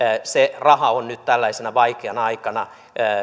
se raha on nyt tällaisena vaikeana aikana